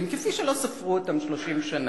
שבתו, כפי שלא ספרו אותם 30 שנה.